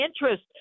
interest